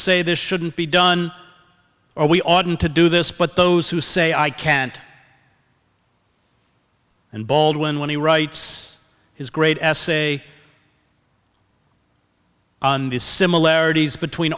say this shouldn't be done or we oughtn't to do this but those who say i can't and baldwin when he writes his great essay on the similarities between